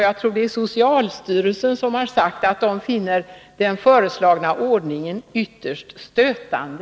Jag tror det är socialstyrelsen som har sagt att man finner den föreslagna ordningen ytterst stötande.